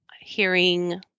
hearing